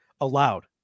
allowed